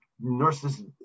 nurses